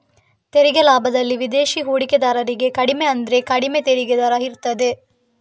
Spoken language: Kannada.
ತೆರಿಗೆ ಲಾಭದಲ್ಲಿ ವಿದೇಶಿ ಹೂಡಿಕೆದಾರರಿಗೆ ಕಡಿಮೆ ಅಂದ್ರೆ ಕಡಿಮೆ ತೆರಿಗೆ ದರ ಇರ್ತದೆ